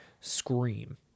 Scream